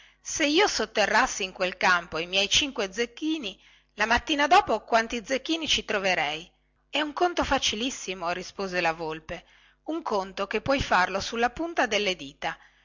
se io sotterrassi in quel campo i miei cinque zecchini la mattina dopo quanti zecchini ci troverei è un conto facilissimo rispose la volpe un conto che puoi farlo sulla punta delle dita